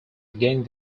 against